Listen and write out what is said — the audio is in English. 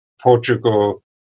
Portugal